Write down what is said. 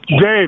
Dave